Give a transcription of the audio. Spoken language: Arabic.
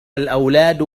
الأولاد